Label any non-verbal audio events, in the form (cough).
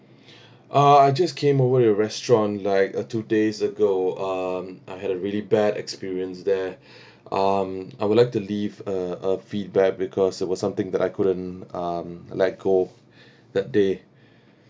(breath) uh I just came over your restaurant like uh two days ago um I had a really bad experience there (breath) um I would like to leave a a feedback because it was something that I couldn't um let go (breath) that day